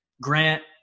Grant